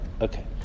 Okay